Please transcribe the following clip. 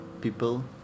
people